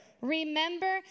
Remember